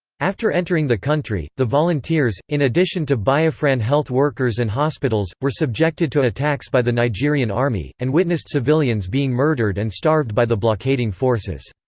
after entering the country, the volunteers, in addition to biafran health workers and hospitals, were subjected to attacks by the nigerian army, and witnessed civilians being murdered and starved by the blockading forces.